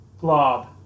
Glob